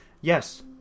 Yes